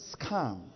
Scam